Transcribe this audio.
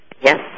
Yes